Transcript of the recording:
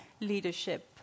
leadership